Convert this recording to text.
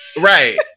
Right